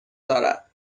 دارد